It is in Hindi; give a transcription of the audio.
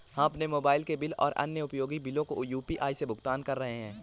हम अपने मोबाइल के बिल और अन्य उपयोगी बिलों को यू.पी.आई से भुगतान कर रहे हैं